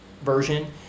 version